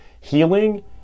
healing